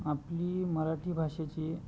आपली मराठी भाषेची